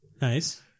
Nice